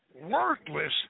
worthless